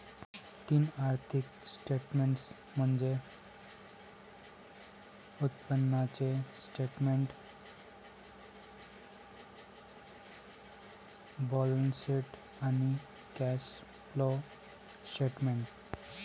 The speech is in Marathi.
तीन आर्थिक स्टेटमेंट्स म्हणजे उत्पन्नाचे स्टेटमेंट, बॅलन्सशीट आणि कॅश फ्लो स्टेटमेंट